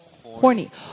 Horny